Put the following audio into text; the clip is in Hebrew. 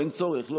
אין צורך.